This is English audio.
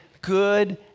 good